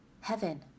Heaven